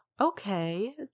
Okay